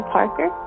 Parker